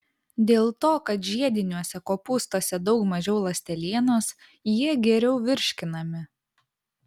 dėl to kad žiediniuose kopūstuose daug mažiau ląstelienos jie geriau virškinami